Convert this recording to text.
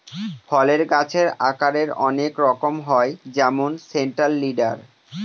ফলের গাছের আকারের অনেক রকম হয় যেমন সেন্ট্রাল লিডার